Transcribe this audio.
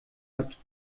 hat